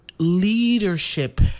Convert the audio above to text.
leadership